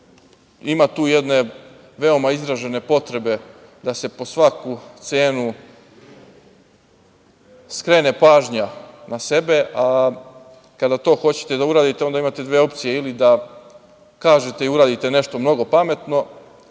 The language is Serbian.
ima tu jedne veoma izražene potrebe, da se po svaku cenu skrene pažnja na sebe, a kada to hoćete da uradite, onda imate dve opcije ili da kažete i uradite nešto mnogo pametno